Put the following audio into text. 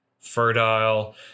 fertile